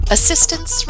Assistance